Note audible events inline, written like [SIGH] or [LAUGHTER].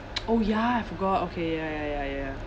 [NOISE] oh ya I forgot okay ya ya ya ya